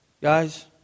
Guys